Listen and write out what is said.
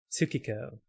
tsukiko